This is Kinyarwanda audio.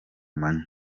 manywa